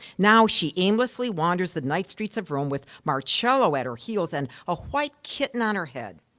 now she aimlessly wanders the night streets of rome with marcello at her heels and a white kitten on her head.